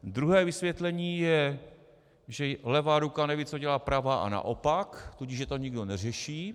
Druhé vysvětlení je, že levá ruka neví, co dělá pravá, a naopak, tudíž že to nikdo neřeší.